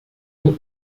ont